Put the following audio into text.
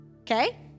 Okay